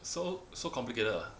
so so complicated ah